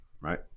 right